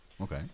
Okay